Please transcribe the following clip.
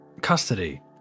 custody